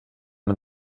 man